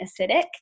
acidic